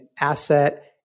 asset